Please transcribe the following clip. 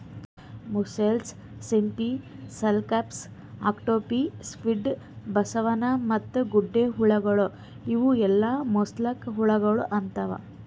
mussels, ಸಿಂಪಿ, scallops, octopi, squid, ಬಸವನ ಮತ್ತ ಗೊಂಡೆಹುಳಗೊಳ್ ಇವು ಎಲ್ಲಾ ಮೊಲಸ್ಕಾ ಹುಳಗೊಳ್ ಅಂತಾರ್